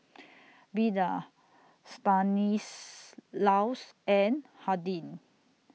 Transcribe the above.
Beda Stanislaus and Hardin